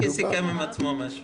עוד פעם מיקי סיכם עם עצמו משהו.